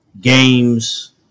games